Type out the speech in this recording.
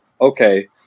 okay